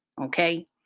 okay